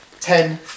ten